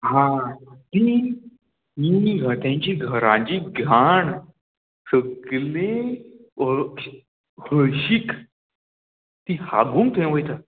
हा तीं तीं तेंची घराची घाण सगलें हळ हळशीक ती हांगूंक थंय वयता